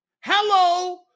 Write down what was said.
hello